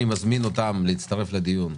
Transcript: אני מזמין אותם להצטרף לדיון,